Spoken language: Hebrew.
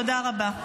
תודה רבה.